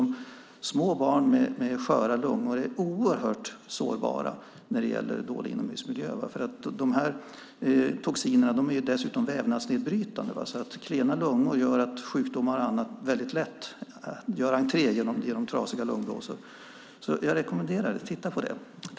Små barn med sköra lungor är oerhört sårbara när det gäller dålig inomhusmiljö. Dessa toxiner är dessutom vävnadsnedbrytande. Klena lungor gör att sjukdomar lätt gör entré genom trasiga lungblåsor. Titta på det!